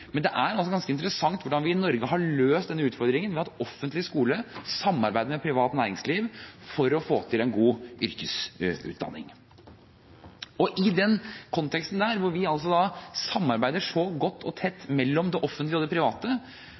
men det er ganske interessant hvordan vi i Norge har løst den utfordringen ved at offentlig skole samarbeider med privat næringsliv for å få til en god yrkesutdanning. I den konteksten, hvor vi altså samarbeider så godt og tett mellom det offentlige og det private,